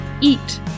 eat